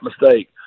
mistake